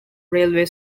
railway